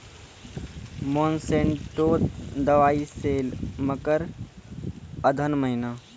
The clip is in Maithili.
मोनसेंटो दवाई सेल मकर अघन महीना,